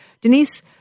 Denise